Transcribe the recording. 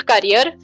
career